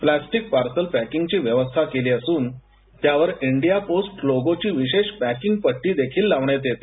plastic parcel पॅकींगची व्यवस्था केली असून त्यावर इंडिया पोस्ट लोगोची विशेष पँकिंगपट्टी देखील लावण्यात येते